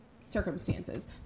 circumstances